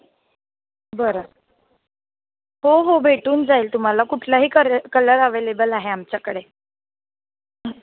बरं हो हो भेटून जाईल तुम्हाला कुठलाही कर कलर अवेलेबल आहे आमच्याकडे